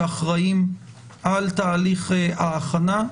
שאחראים על תהליך ההכנה: